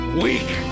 weak